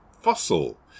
fossil